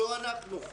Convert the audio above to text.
לא אנחנו.